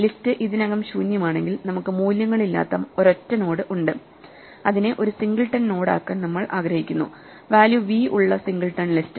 list ഇതിനകം ശൂന്യമാണെങ്കിൽ നമുക്ക് മൂല്യങ്ങളില്ലാത്ത ഒരൊറ്റ നോഡ് ഉണ്ട് അതിനെ ഒരു സിംഗിൾട്ടൺ നോഡ് ആക്കാൻ നമ്മൾ ആഗ്രഹിക്കുന്നു വാല്യൂ v ഉള്ള സിംഗിൾട്ടൺ ലിസ്റ്റ്